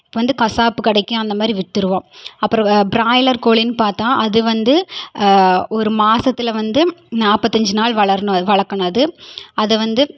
இப்போ வந்து கசாப்பு கடைக்கு அந்தமாதிரி விற்றுருவோம் அப்புறம் பிராய்லர் கோழின்னு பார்த்தா அது வந்து ஒரு மாதத்துல வந்து நாற்பத்தஞ்சி நாள் வளரணும் வளர்க்கணும் அது அதை வந்து